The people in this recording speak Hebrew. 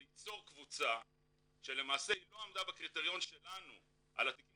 זה ייצור קבוצה שלמעשה היא לא עמדה בקריטריון שלנו על התיקים